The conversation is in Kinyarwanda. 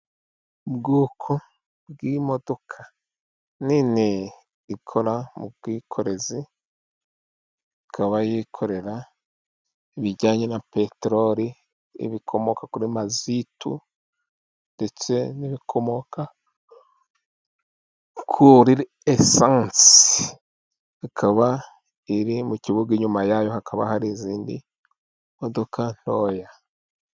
Ubwoko bw'imodoka nini ikora mu bwikorezi, ikaba yikorera ibijyanye na peteroli n'ibikomoka kuri mazitu ndetse n'ibikomoka kuri esanse, ikaba iri mu kibuga inyuma yayo hakaba hari izindi modoka ntoya.